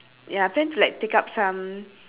ya plan to like take up some